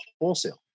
wholesale